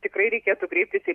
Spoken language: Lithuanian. tikrai reikėtų kreiptis į